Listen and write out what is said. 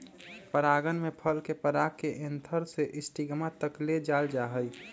परागण में फल के पराग के एंथर से स्टिग्मा तक ले जाल जाहई